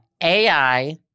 AI